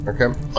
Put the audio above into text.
Okay